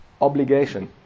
Obligation